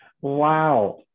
Wow